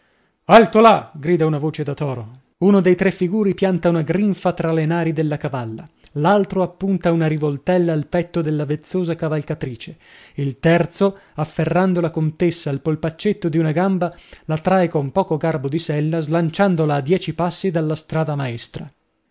alto là grida una voce da toro uno dei tre figuri pianta una grinfa tra le nari della cavalla l'altro appunta una rivoltella al petto della vezzosa cavalcatrice il terzo afferrando la contessa al polpaccetto di una gamba la trae con poco garbo di sella slanciandola a dieci passi dalla strada maestra